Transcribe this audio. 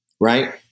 Right